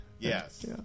Yes